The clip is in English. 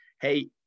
hey